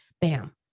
bam